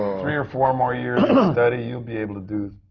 three or four more years and of study, you'll be able to do,